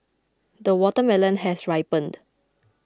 the watermelon has ripened